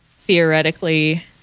theoretically